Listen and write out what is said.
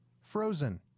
Frozen